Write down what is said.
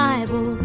Bible